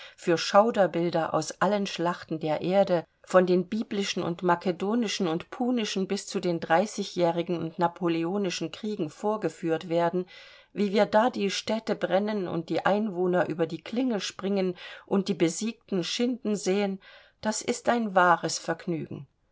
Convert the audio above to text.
für schauderbilder aus allen schlachten der erde von den biblischen und macedonischen und punischen bis zu den dreißigjährigen und napoleonischen kriegen vorgeführt werden wie wir da die städte brennen und die einwohner über die klinge springen und die besiegten schinden sehen das ist ein wahres vergnügen